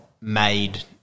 made